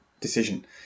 decision